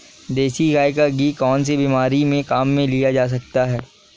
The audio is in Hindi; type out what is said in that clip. देसी गाय का घी कौनसी बीमारी में काम में लिया जाता है?